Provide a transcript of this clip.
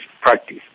practice